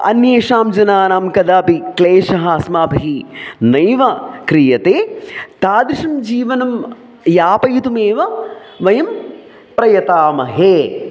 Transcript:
अन्येषां जनानां कदापि क्लेशः अस्माभिः नैव क्रियते तादृशं जीवनं यापयितुमेव वयं प्रयतामहे